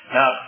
Now